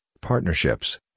partnerships